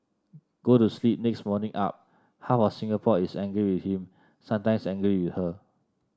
go to sleep next morning up half of Singapore is angry with him sometimes angry with her